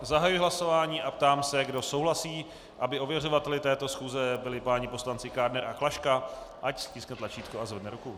Zahajuji hlasování a ptám se, kdo souhlasí, aby ověřovateli této schůze byli páni poslanci Kádner a Klaška, ať stiskne tlačítko a zvedne ruku.